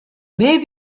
may